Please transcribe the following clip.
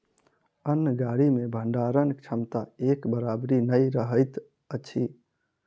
अन्न गाड़ी मे भंडारण क्षमता एक बराबरि नै रहैत अछि